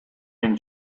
een